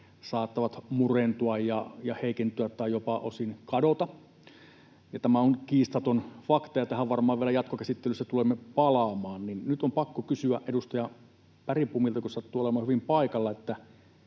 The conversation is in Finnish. saattavat murentua ja heikentyä tai jopa osin kadota — ja tämä on kiistaton fakta ja tähän varmaan vielä jatkokäsittelyssä tulemme palaamaan — niin nyt on pakko kysyä edustaja Bergbomilta, joka sattuu olemaan hyvin paikalla,